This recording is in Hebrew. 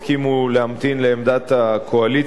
כיוון שחברי הכנסת לא הסכימו להמתין לעמדת הקואליציה,